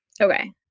Okay